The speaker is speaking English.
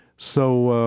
so,